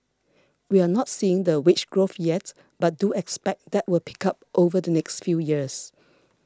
we're not seeing the wage growth yet but do expect that will pick up over the next few years